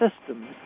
systems